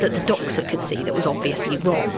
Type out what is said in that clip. that the doctor could see that was obviously wrong,